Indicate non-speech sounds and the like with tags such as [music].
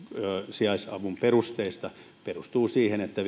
sijaisavun perusteista perustuu siihen että [unintelligible]